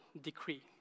decree